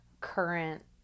current